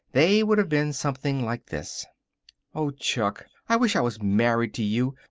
they would have been something like this oh, chuck, i wish i was married to you.